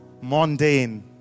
mundane